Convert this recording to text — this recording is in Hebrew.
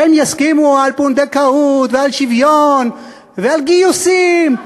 והם יסכימו על פונדקאות, על שוויון ועל גיוסים.